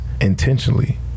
intentionally